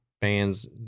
fans